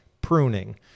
pruning